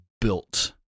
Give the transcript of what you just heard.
built